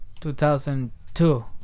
2002